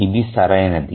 ఇది సరైనది